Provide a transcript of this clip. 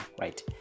right